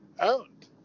owned